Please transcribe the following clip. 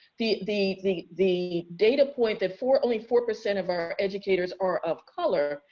the, the, the, the data point that for only four percent of our educators are of color.